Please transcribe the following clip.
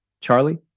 Charlie